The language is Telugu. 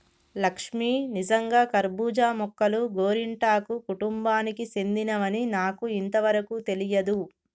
లక్ష్మీ నిజంగా కర్బూజా మొక్కలు గోరింటాకు కుటుంబానికి సెందినవని నాకు ఇంతవరకు తెలియదు